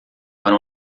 para